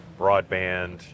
broadband